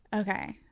okay,